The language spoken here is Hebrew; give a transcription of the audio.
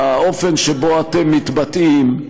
האופן שבו אתם מתבטאים,